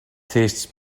tastes